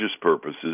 purposes